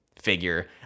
figure